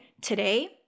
today